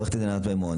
עורכת הדין ענת מימון.